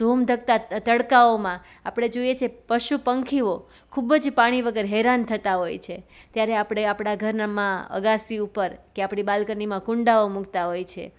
ધૂમ ધકતા તડકાઓમાં આપણે જોઈએ છે પશુ પંખીઓ ખૂબ જ પાણી વગર હેરાન થતાં હોય છે ત્યારે આપણે આપણા ઘરમાં અગાસી ઉપર કે આપણી બાલ્કનીમાં કુંડાઓ મૂકતાં હોય છે